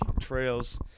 trails